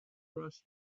rush